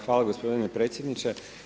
Hvala gospodine predsjedniče.